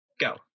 Go